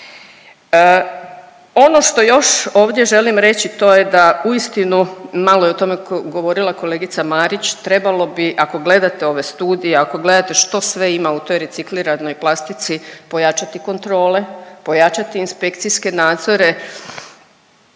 Ono što još ovdje želim reći to je da uistinu, malo je o tome govorila kolegica Marić, trebalo bi ako gledate ove studije, ako gledate što sve ima u toj recikliranoj plastici pojačati kontrole, pojačati inspekcijske nadzore